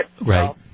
Right